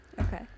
Okay